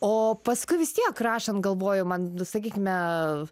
o paskui vis tiek rašant galvoju man nu sakykime